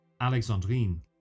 Alexandrine